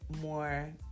more